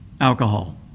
alcohol